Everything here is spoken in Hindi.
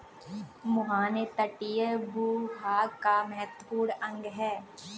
मुहाने तटीय भूभाग का महत्वपूर्ण अंग है